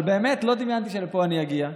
אבל באמת לא דמיינתי שלפה אני אגיע.